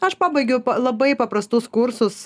aš pabaigiau labai paprastus kursus